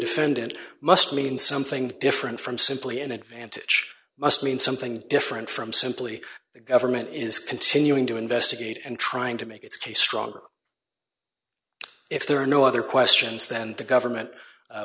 defendant must mean something different from simply an advantage must mean something different from simply the government is continuing to investigate and trying to make its case stronger if there were no other questions then the government